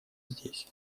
здесь